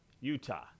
Utah